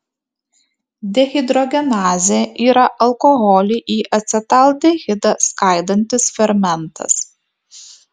dehidrogenazė yra alkoholį į acetaldehidą skaidantis fermentas